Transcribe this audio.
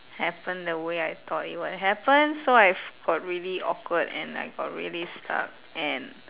happen the way I thought it would happen so I f~ got really awkward and I got really stuck and